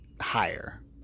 higher